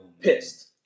pissed